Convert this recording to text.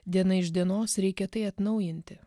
diena iš dienos reikia tai atnaujinti